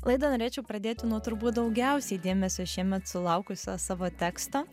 laidą norėčiau pradėti nuo turbūt daugiausiai dėmesio šiemet sulaukusio savo teksto